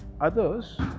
others